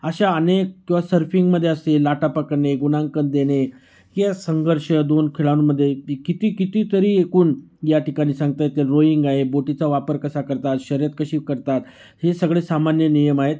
अशा अनेक किंवा सर्फिंगमध्ये असेल लाटा पकडणे गुणांकन देणे किआ संघर्ष दोन खेळाडूंमध्ये ति किती कितीतरी एकूण या ठिकाणी सांगता येतील रोईंग आहे बोटीचा वापर कसा करतात शर्यत कशी करतात हे सगळे सामान्य नियम आहेत